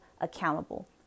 accountable